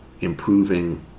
improving